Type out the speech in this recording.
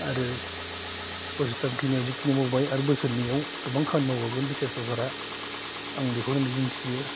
आरो बोसोरथाम खिनिआव जिखिनि मावबाय आरो बोसोरनैआव गोबां खामानि मावबावगोन बि टि आर सरकारा आं बेखौनो मिजिंथियो